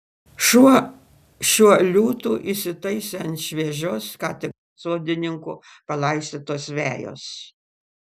šuo šiuo liūtu įsitaisė ant šviežios ką tik sodininkų palaistytos vejos